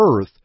earth